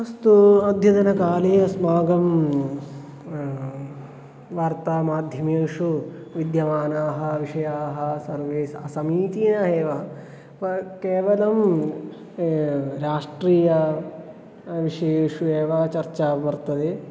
अस्तु अद्यतनकाले अस्माकं वार्तामाध्यमेषु विद्यमानाः विषयाः सर्वे असमीचीनाः एव व केवलं राष्ट्रीय विषयेषु एव चर्चा वर्तते